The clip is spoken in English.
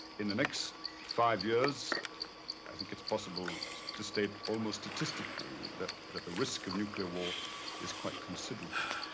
in the next five years i think it's possible to state almost statistically that that a risk of nuclear war is quite considerable,